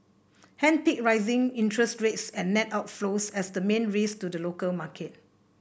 hand picked rising interest rates and net outflows as the main risks to the local market